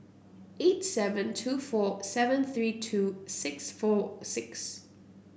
eight seven two four seven three two six four six